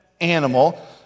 animal